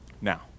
Now